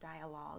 dialogue